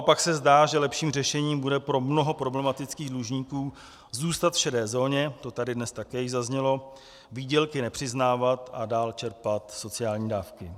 Naopak se zdá, že lepším řešením bude pro mnoho problematických dlužníků zůstat v šedé zóně, to tady dnes také již zaznělo, výdělky nepřiznávat a dál čerpat sociální dávky.